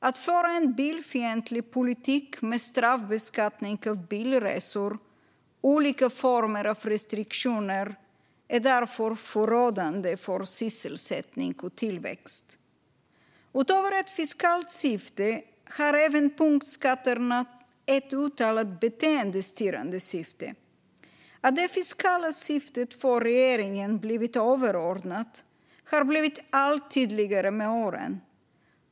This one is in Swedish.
Att föra en bilfientlig politik med straffbeskattning av bilresor och olika former av restriktioner är därför förödande för sysselsättning och tillväxt. Utöver ett fiskalt syfte har punktskatterna även ett uttalat beteendestyrande syfte. Att det fiskala syftet har blivit överordnat för regeringen har blivit allt tydligare med åren.